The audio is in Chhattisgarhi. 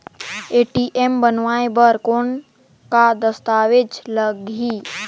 ए.टी.एम बनवाय बर कौन का दस्तावेज लगही?